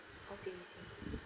O_C_B_C